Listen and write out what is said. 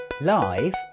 Live